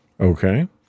Okay